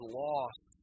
lost